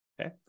Okay